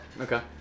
Okay